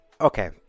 okay